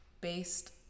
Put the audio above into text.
based